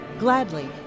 Gladly